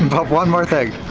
but one more thing.